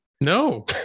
No